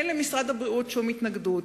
אין למשרד האוצר שום התנגדות.